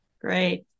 Great